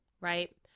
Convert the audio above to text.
right